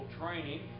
training